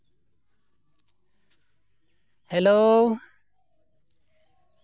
hello